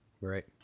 Right